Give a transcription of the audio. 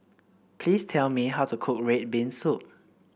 please tell me how to cook red bean soup